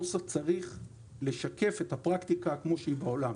הנוסח צריך לשקף את הפרקטיקה כמו שהיא בעולם,